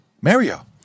Mario